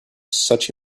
such